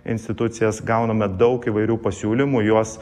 institucijas gauname daug įvairių pasiūlymų juos